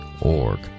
org